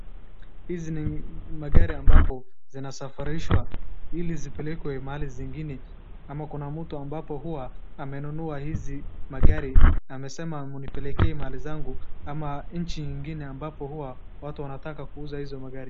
Hizi ni magari ambapo zinasafirishwa ili zipelekwe mahali zingine ama Kuna mtu ambapo huwa amenunua hizi magari na amesema mnipeleke mali yangu ama nchi nyingine ambapo watu wanataka kuuza hizo magari.